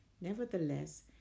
Nevertheless